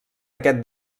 aquest